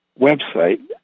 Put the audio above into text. website